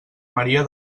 maria